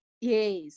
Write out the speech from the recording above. Yes